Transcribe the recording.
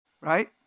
Right